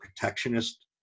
protectionist